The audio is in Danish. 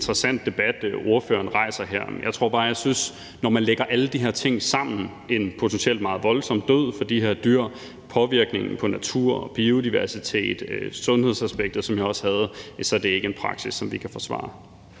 interessant debat, ordføreren rejser her, men når man lægger alle de her ting sammen, en potentielt meget voldsom død for de her dyr, påvirkningen på natur og biodiversitet og sundhedsaspektet, som jeg også nævnte, er det ikke en praksis, som vi kan forsvare.